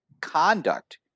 conduct